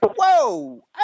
whoa